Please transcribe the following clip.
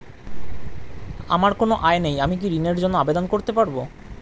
আমার কোনো আয় নেই আমি কি ঋণের জন্য আবেদন করতে পারব?